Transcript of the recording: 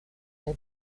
der